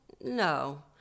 no